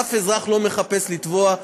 אף אזרח לא מחפש לתבוע.